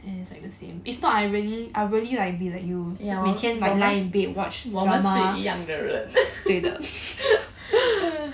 ya lor 我们我们是一样的人